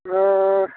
ꯑ